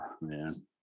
man